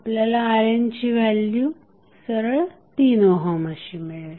आपल्याला RNची व्हॅल्यू सरळ 3 ओहम अशी मिळेल